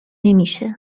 نمیشه